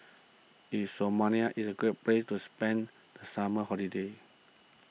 is Somalia is a great place to spend the summer holiday